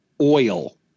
oil